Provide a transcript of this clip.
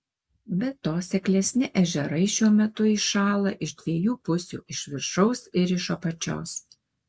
be to seklesni ežerai šiuo metu įšąla iš dviejų pusių iš viršaus ir iš apačios